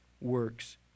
works